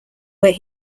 where